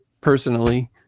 personally